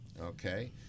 Okay